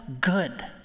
good